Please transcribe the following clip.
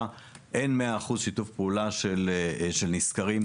אין 100% שיתוף פעולה של נסקרים,